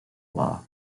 law